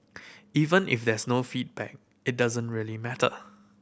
even if there's no feedback it doesn't really matter